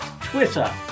Twitter